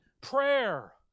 prayer